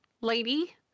lady